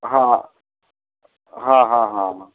ਹਾਂ ਹਾਂ ਹਾਂ ਹਾਂ ਹਾਂ